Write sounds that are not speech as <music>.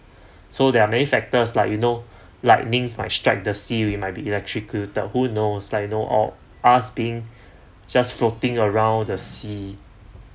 so there are many factors like you know <breath> lightnings might strike the sea we might be electrocuted who knows like you know or us being just floating around the sea